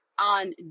on